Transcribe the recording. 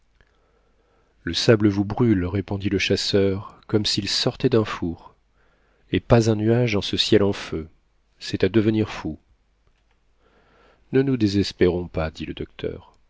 le sable vous brûle répondit le chasseur comme sil sortait d'un four et pas un nuage dans ce ciel en feu c'est à devenir fou ne nous désespérons pas dit le docteur